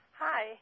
Hi